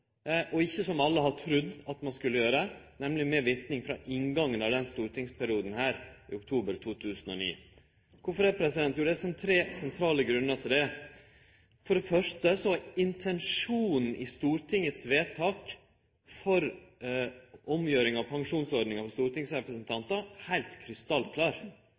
og ikkje – som alle har trudd ein skulle gjere – med verknad frå inngangen av denne stortingsperioden, oktober 2009. Det er tre sentrale grunnar til det: For det første er intensjonen i Stortingets vedtak om omgjering av pensjonsordninga for stortingsrepresentantar heilt krystallklar. Det skulle gjerast frå inngangen av perioden, hausten 2009. Det er